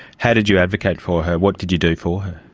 how did you advocate for her? what did you do for her?